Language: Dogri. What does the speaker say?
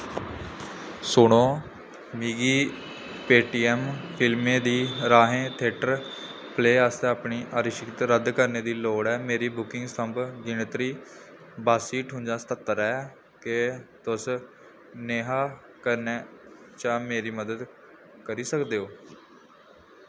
सुनो मिगी पेऽटीऐम्म फिल्में दे राहें थेटर प्लेऽ आस्तै अपनी आरक्षत रद्द करने दी लोड़ ऐ मेरी बुकिंग संदर्भ गिनतरी बासी ठुंजा सत्हत्तर ऐ केह् तुस नेहा करने च मेरी मदद करी सकदे ओ